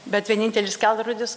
bet vienintelis kelrodis